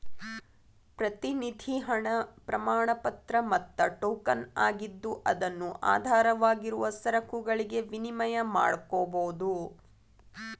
ಪ್ರತಿನಿಧಿ ಹಣ ಪ್ರಮಾಣಪತ್ರ ಮತ್ತ ಟೋಕನ್ ಆಗಿದ್ದು ಅದನ್ನು ಆಧಾರವಾಗಿರುವ ಸರಕುಗಳಿಗೆ ವಿನಿಮಯ ಮಾಡಕೋಬೋದು